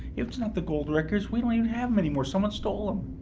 it was not the gold records. we don't even have them anymore someone stole them.